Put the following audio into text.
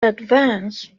advance